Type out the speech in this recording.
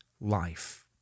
life